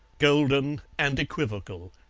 golden and equivocal.